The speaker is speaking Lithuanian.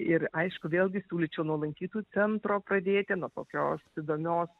ir aišku vėlgi siūlyčiau nuo lankytojų centro pradėti nuo kokios įdomios